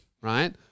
right